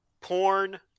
Porn